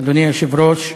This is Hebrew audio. אדוני היושב-ראש,